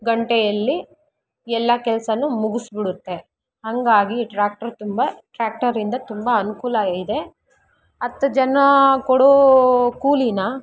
ಗಂಟೆಯಲ್ಲಿ ಎಲ್ಲ ಕೆಲಸ ಮುಗಿಸ್ಬಿಡುತ್ತೆ ಹಂಗಾಗಿ ಟ್ರ್ಯಾಕ್ಟ್ರು ತುಂಬ ಟ್ರ್ಯಾಕ್ಟರಿಂದ ತುಂಬ ಅನುಕೂಲ ಇದೆ ಹತ್ ಜನಾ ಕೊಡೋ ಕೂಲಿನ